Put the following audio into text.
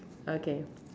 okay